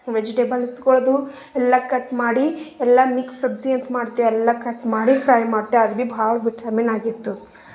ವೆಜಿಟೇಬಲ್ಸ್ಗಳ್ದು ಎಲ್ಲ ಕಟ್ ಮಾಡಿ ಎಲ್ಲ ಮಿಕ್ಸ್ ಸಬ್ಜಿ ಅಂತ ಮಾಡ್ತೇವೆ ಎಲ್ಲ ಕಟ್ ಮಾಡಿ ಫ್ರೈ ಮಾಡ್ತೇವೆ ಅದು ಭಿ ಭಾಳ ವಿಟಾಮಿನ್ ಆಗಿತ್ತು